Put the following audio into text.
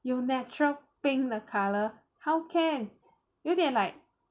有 natural pink 的 colour how can 有点 like